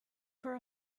for